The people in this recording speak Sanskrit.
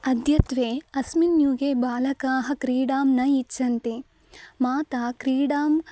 अद्यत्वे अस्मिन् युगे बालकाः क्रिडां न इच्छन्ति माता क्रीडां